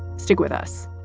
stay with us